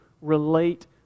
relate